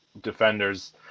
defenders